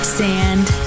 sand